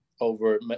over